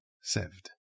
saved